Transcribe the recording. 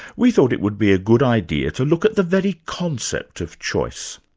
we thought it would be a good idea to look at the very concept of choice.